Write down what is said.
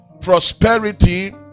Prosperity